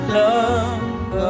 love